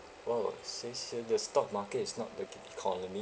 !wow! seems here the stock market is not the economy